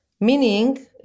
Meaning